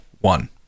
one